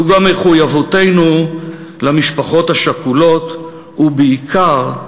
זו גם מחויבותנו למשפחות השכולות, ובעיקר,